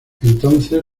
entonces